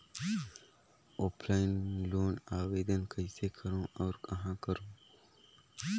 Offline loan आवेदन कइसे करो और कहाँ करो?